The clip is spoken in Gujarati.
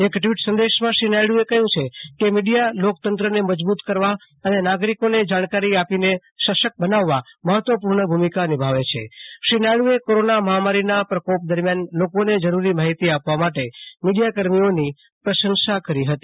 એક ટ્વીટ સંદેશમાં શ્રી નાયડુએ કહ્યુ છે કે મીડીયા લોકતંત્રને મજબુત કરવા અને નાગરિકોને જાણકારી આપીને સશક્ત કરવા મહત્વપુર્ણ ભુમિકા નિભાવે છે શ્રી નાયડુએ કોરોના મહામારીના પ્રકોપ દરમિયાન લોકોને જરૂરી માહિતી આપવા માટે મીડીયા કર્મીઓની પ્રશંસા કરી હતી